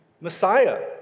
Messiah